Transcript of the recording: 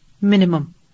minimum